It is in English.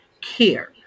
care